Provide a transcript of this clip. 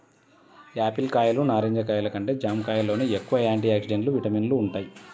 Apple కాయలు, నారింజ కాయలు కంటే జాంకాయల్లోనే ఎక్కువ యాంటీ ఆక్సిడెంట్లు, విటమిన్లు వుంటయ్